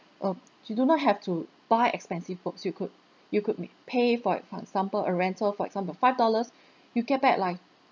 uh you do not have to buy expensive books you could you may pay for it for example a rental for example five dollars you'll get back like